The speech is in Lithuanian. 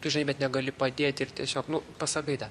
tu žinai bet negali padėt ir tiesiog nu pasakai tą